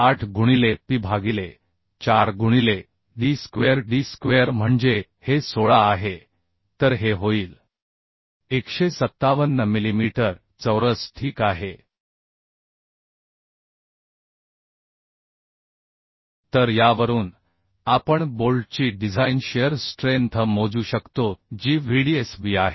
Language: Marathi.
78 गुणिले pi भागिले 4 गुणिले d स्क्वेअर डी स्क्वेअर म्हणजे हे 16 आहे तर हे होईल 157 मिलीमीटर चौरस ठीक आहे तर यावरून आपण बोल्टची डिझाइन शिअर स्ट्रेंथ मोजू शकतो जी Vdsb आहे